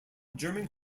german